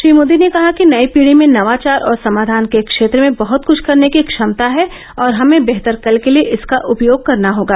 श्री मोदी ने कहा कि नई पीढ़ी में नवाचार और समाधान के क्षेत्र में बहुत कुछ करने की क्षमता है और हमें वेहतर कल के लिए इसका उपयोग करना होगा